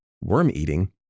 worm-eating